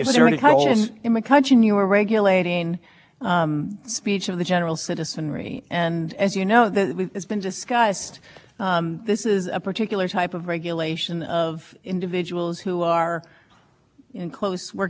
and as you know that has been discussed this is a particular type of regulation of individuals who are in close working relationship with the government working for the government under contracts and it applies only during the time they